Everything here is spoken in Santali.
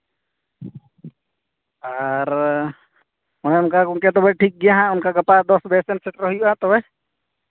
ᱟᱨ ᱚᱱᱮ ᱚᱱᱠᱟ ᱜᱚᱢᱠᱮ ᱛᱚᱵᱮ ᱴᱷᱤᱠ ᱜᱮᱭᱟ ᱱᱟᱦᱟᱜ ᱜᱟᱯᱟ ᱫᱚᱥ ᱵᱟᱡᱮ ᱥᱮᱫ ᱥᱮᱴᱮᱨᱚᱜ ᱦᱩᱭᱩᱜᱼᱟ ᱛᱚᱵᱮ